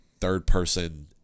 third-person